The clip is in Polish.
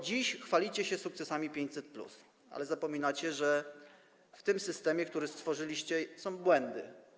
Dziś chwalicie się sukcesem programu 500+, ale zapominacie, że w tym systemie, który stworzyliście, są błędy.